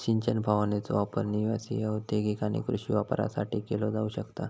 सिंचन फवारणीचो वापर निवासी, औद्योगिक आणि कृषी वापरासाठी केलो जाऊ शकता